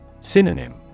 Synonym